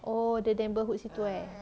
oh the neighbourhood situ eh